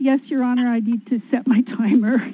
yes your honor i need to set my timer